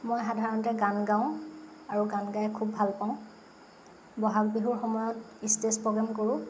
মই সাধাৰণতে গান গাওঁ আৰু গান গাই খুব ভাল পাওঁ বহাগ বিহুৰ সময়ত ষ্টেজ প্ৰগ্ৰেম কৰোঁ